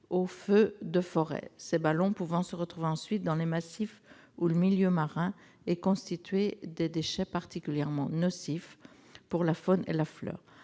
aux feux de forêt, ces ballons pouvant se retrouver ensuite dans les massifs ou le milieu marin, et constituer des déchets éventuellement nocifs pour la faune et la flore.